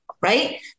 right